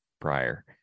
prior